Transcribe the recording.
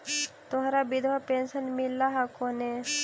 तोहरा विधवा पेन्शन मिलहको ने?